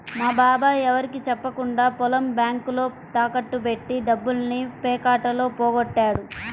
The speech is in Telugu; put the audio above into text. మా బాబాయ్ ఎవరికీ చెప్పకుండా పొలం బ్యేంకులో తాకట్టు బెట్టి డబ్బుల్ని పేకాటలో పోగొట్టాడు